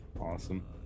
awesome